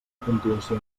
puntuació